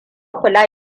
kula